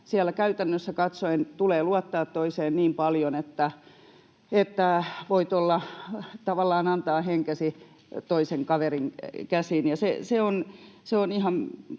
Siellä käytännössä katsoen tulee luottaa toiseen niin paljon, että voit tavallaan antaa henkesi toisen kaverin käsiin. Se